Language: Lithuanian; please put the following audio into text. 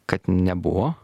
kad nebuvo